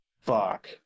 Fuck